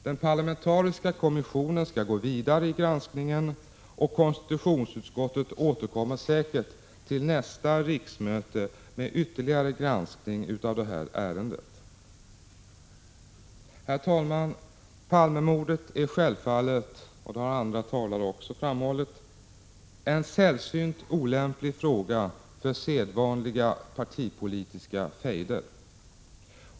Den parlamentariska kommissionen skall gå vidare i granskningen och konstitutionsutskottet återkommer säkert till nästa riksmöte med ytterligare granskning av det här ärendet. Herr talman! Palmemordet är självfallet, och det har andra talare också framhållit, en sällsynt olämplig fråga för sedvanliga partipolitiska fejder.